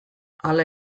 hala